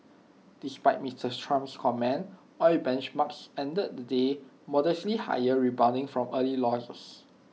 despite Mister Trump's comments oil benchmarks ended the day modestly higher rebounding from early losses